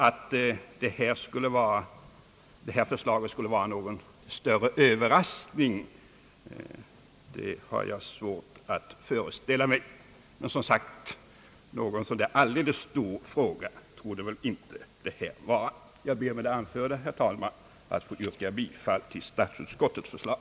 Att detta förslag med hänsyn härtill skulle vara någon större öÖöverraskning har jag svårt att föreställa mig. Jag ber med det anförda, herr talman, att få yrka bifall till statsutskottets förslag.